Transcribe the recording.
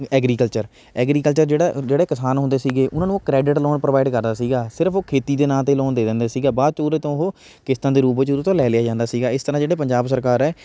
agriculture agriculture ਜਿਹੜਾ ਜਿਹੜੇ ਕਿਸਾਨ ਹੁੰਦੇ ਸੀਗੇ ਉਹਨਾਂ ਨੂੰ ਉਹ ਕ੍ਰੈਡਿਟ ਲੋਨ ਪ੍ਰੋਵਾਈਡ ਕਰਦਾ ਸੀਗਾ ਸਿਰਫ਼ ਉਹ ਖੇਤੀ ਦੇ ਨਾਂ ਤੇ ਲੋਨ ਦੇ ਦਿੰਦੇ ਸੀਗੇ ਬਾਅਦ 'ਚ ਉਹਦੇ ਤੋਂ ਉਹ ਕਿਸ਼ਤਾਂ ਦੇ ਰੂਪ ਵਿੱਚ ਉਹਦੇ ਤੋਂ ਲੈ ਲਿਆ ਜਾਂਦਾ ਸੀਗਾ ਇਸ ਤਰ੍ਹਾਂ ਜਿਹੜੇ ਪੰਜਾਬ ਸਰਕਾਰ ਹੈ